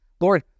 Lord